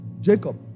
Jacob